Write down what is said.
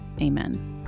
Amen